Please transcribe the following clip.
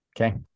okay